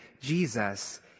Jesus